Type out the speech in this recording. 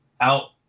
out